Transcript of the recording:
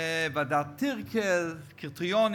ועדת טירקל, קריטריונים.